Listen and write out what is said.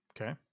Okay